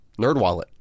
NerdWallet